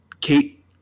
kate